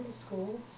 school